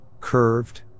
curved